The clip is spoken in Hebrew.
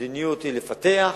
המדיניות היא לפתח.